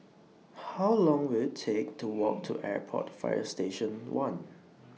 How Long Will IT Take to Walk to Airport Fire Station one